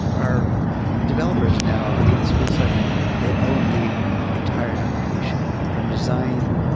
our developers now under this full cycle model, that they own the entire application. from design,